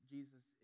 Jesus